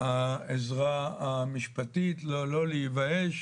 העזרה המשפטית, לא להיוואש